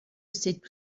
cette